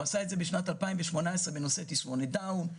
הוא עשה את זה בשנת 2018 בנושא תסמונת דאון,